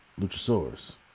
Luchasaurus